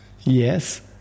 Yes